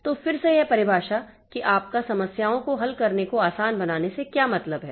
तो फिर से यह परिभाषा कि आपका समस्याओं को हल करने को आसान बनाने से क्या मतलब है